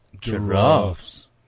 Giraffes